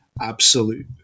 absolute